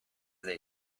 they